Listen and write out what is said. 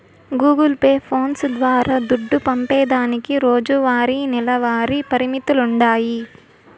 Google Pay, phones ద్వారా దుడ్డు పంపేదానికి రోజువారీ, నెలవారీ పరిమితులుండాయి